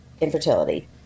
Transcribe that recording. infertility